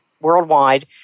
worldwide